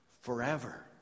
forever